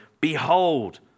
Behold